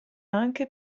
anche